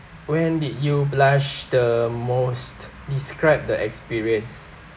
when did you blush the most describe the experience